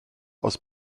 aus